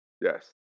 yes